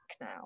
now